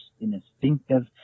instinctive